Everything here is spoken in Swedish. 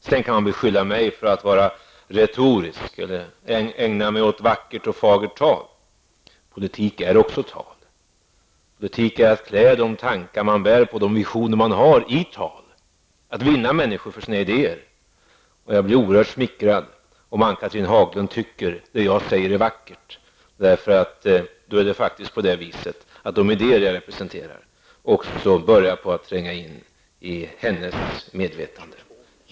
Sedan kan man beskylla mig för att vara retorisk eller ägna mig åt vackert och fagert tal. Politik är också tal. Politik är att klä de tankar man bär och de visioner man har i tal, att vinna människor för sina idéer. Jag blir oerhört smickrad om Ann-Cathrine Haglund tycker att det jag säger är vackert. Då börjar de idéer som jag representerar att tränga in också i hennes medvetande.